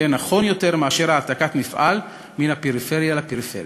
יהיה נכון יותר מאשר העתקת מפעל מן הפריפריה לפריפריה.